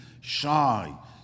Shy